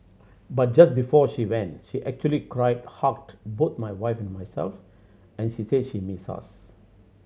but just before she went she actually cried hugged both my wife and myself and she said she'd miss us